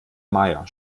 meier